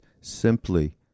simply